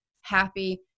happy